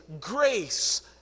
grace